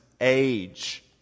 age